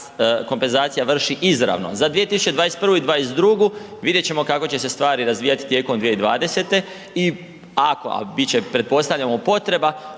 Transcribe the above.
kompenzacija vrši izravno. Za 2021. i '22. vidjet ćemo kako će se stvari razvijat tijekom 2020. i ako, a bit će, pretpostavljamo potreba,